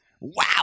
wow